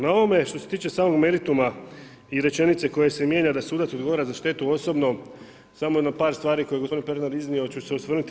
Na ovome što se tiče samog merituma i rečenice koja se mijenja da sudac odgovara za štetu osobno, samo par stvari koje je gospodin Pernar iznio ću se osvrnuti.